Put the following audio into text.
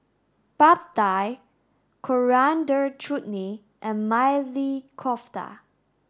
Pad Thai Coriander Chutney and Maili Kofta